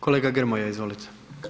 Kolega Grmoja izvolite.